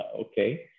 okay